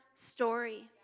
story